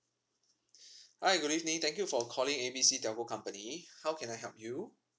hi good evening thank you for calling A B C telco company how can I help you